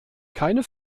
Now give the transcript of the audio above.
keine